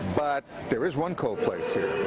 but there is one cool place here.